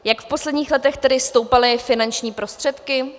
Jak v posledních letech tedy stoupaly finanční prostředky?